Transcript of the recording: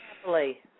Happily